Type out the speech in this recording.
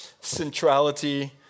centrality